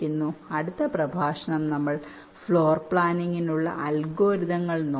ഇപ്പോൾ അടുത്ത പ്രഭാഷണം നമ്മൾ ഫ്ലോർ പ്ലാനിംഗിനുള്ള അൽഗോരിതങ്ങൾ നോക്കും